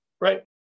right